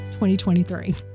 2023